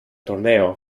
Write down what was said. torneo